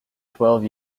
twelve